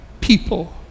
people